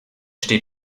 steht